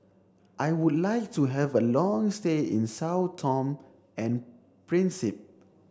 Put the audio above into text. I would like to have a long stay in Sao Tome and